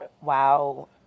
Wow